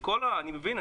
אני מבין,